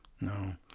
No